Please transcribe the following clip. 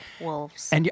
wolves